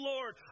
Lord